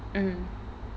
mm